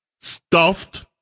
stuffed